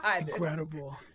Incredible